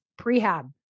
prehab